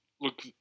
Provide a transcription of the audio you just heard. look